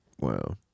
Wow